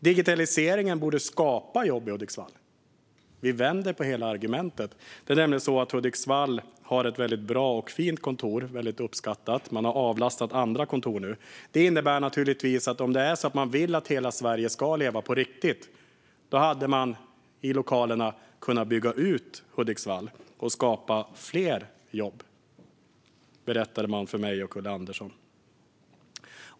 Digitaliseringen borde skapa jobb i Hudiksvall. Då vänder vi på hela argumentet. Hudiksvall har ett bra och fint kontor som är väldigt uppskattat. Man har avlastat andra kontor nu. Om man vill att hela Sverige ska leva på riktigt hade man kunnat bygga ut verksamheten i de lokalerna och skapat fler jobb i Hudiksvall. Det berättade man för mig och Ulla Andersson.